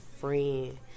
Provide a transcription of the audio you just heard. friend